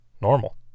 normal